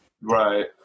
Right